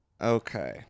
okay